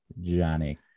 Johnny